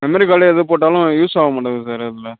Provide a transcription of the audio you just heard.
memory card எது போட்டாலும் use ஆகமாட்டேங்குது சார் அதில்